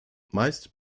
meist